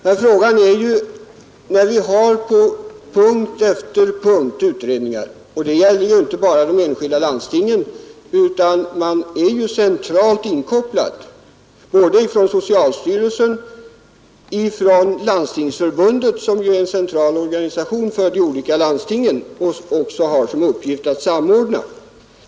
Men frågan i dag gäller: Vi har utredningar på punkt efter punkt — och det gäller inte bara de enskilda landstingen, utan både socialstyrelsen och Landstingsförbundet, som är en central organisation för de olika landstingen och som har till uppgift att samordna.